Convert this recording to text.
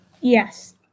Yes